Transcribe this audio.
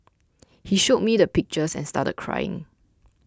he showed me the pictures and started crying